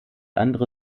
andere